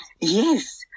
Yes